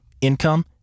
income